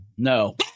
No